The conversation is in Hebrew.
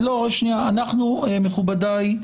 מכובדיי,